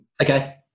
Okay